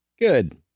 Good